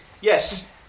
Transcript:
yes